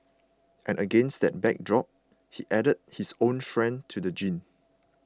and against that backdrop he has added his own strain to the genre